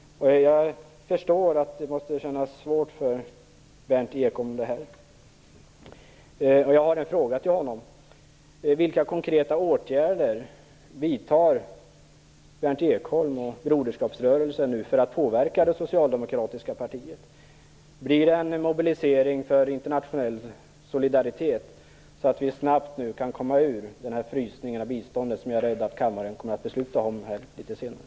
Jag förstår att detta måste kännas svårt för Berndt Berndt Ekholm och Broderskapsrörelsen för att påverka det socialdemokratiska partiet? Blir det en mobilisering för internationell solidaritet, så att vi snabbt kan komma ur den frysning av biståndet som jag är rädd att kammaren kommer att besluta om här litet senare?